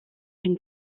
une